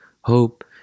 Hope